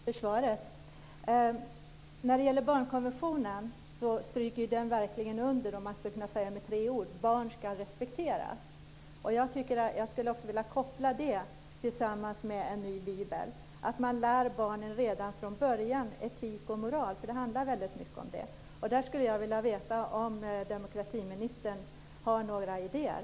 Fru talman! Jag tackar statsrådet för svaret. Barnkonventionen stryker ju verkligen under vad man skulle kunna säga med tre ord: Barn ska respekteras. Jag skulle också vilja koppla det till en ny bibel och till att man redan från början lär barnen moral och etik. Det handlar nämligen mycket om det. På den punkten skulle jag vilja veta om demokratiministern har några idéer.